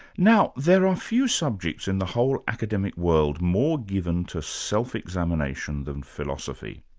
now there are few subjects in the whole academic world more given to self-examination than philosophy.